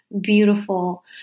beautiful